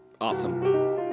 awesome